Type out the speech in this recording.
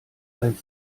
als